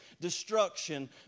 destruction